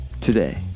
Today